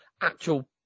actual